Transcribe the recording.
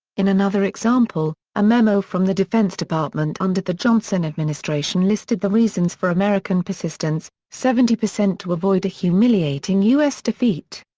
in another example, a memo from the defense department under the johnson administration listed the reasons for american persistence seventy percent to avoid a humiliating u s. defeat.